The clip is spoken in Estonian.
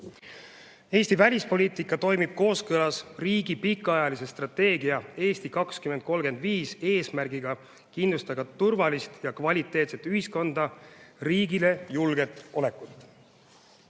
Eesti välispoliitika toimib kooskõlas riigi pikaajalise strateegia "Eesti 2035" eesmärgiga kindlustada turvalist ja kvaliteetset ühiskonda, riigile julget olekut.